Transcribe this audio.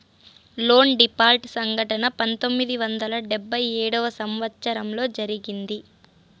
loan default సంఘటన పంతొమ్మిది వందల డెబ్భై ఏడవ సంవచ్చరంలో జరిగింది